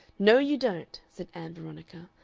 no you don't! said ann veronica,